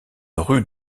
rue